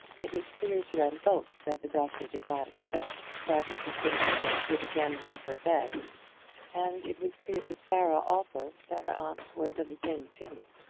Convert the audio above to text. it was clear to them both that the doctor did not expect that mrs. winterfield would again leave her bed and it was clear to clara also that her aunt was of the same opinion.